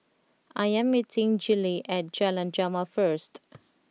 I am meeting Gillie at Jalan Jamal first